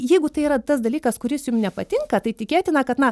jeigu tai yra tas dalykas kuris jum nepatinka tai tikėtina kad na